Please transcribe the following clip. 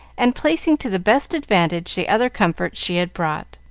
and placing to the best advantage the other comforts she had brought.